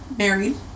Married